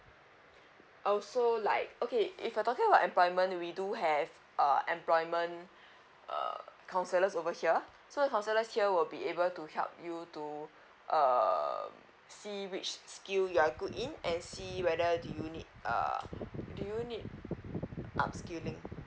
also like okay if you are talking about employment we do have uh employment err counsellors over here so counsellors here will be able to help you to err see which skill you are good in and see whether do you need err do you need upskilling